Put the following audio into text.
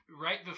right